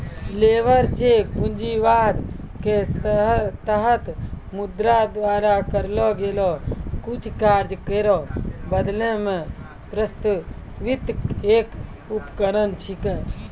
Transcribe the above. labour cheque पूंजीवाद क तहत मुद्रा द्वारा करलो गेलो कुछ कार्य केरो बदलै ल प्रस्तावित एक उपकरण छिकै